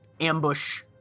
ambush